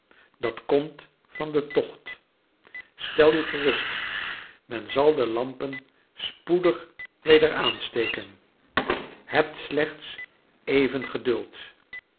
dat komt van de tocht stel u gerust men zal de lampen spoedig weder aansteken hebt slechts even geduld